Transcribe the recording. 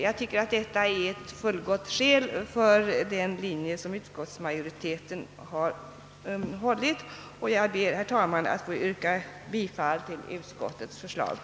Jag tycker att detta är ett fullgott skäl för den linje som utskottsmajoriteten följt, och jag ber, herr talman, att få yrka bifall till utskottets hemställan.